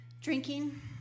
drinking